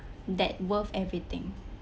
that worth everything